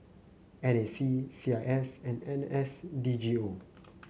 N A C C I S and N S DGO